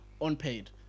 unpaid